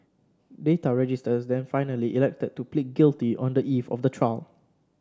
Data Register then finally elected to plead guilty on the eve of the trial